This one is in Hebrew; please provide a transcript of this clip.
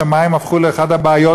כי המים הפכו לאחת הבעיות